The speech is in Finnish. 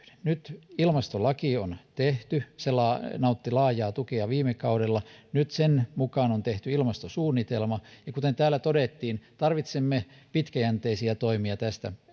nyt ilmastolaki on tehty se nautti laajaa tukea viime kaudella nyt sen mukaan on tehty ilmastosuunnitelma ja kuten täällä todettiin tarvitsemme pitkäjänteisiä toimia tästä